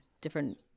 different